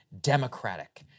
democratic